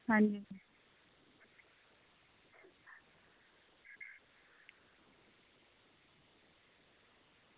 आं